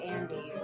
Andy